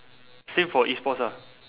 same for E sports ah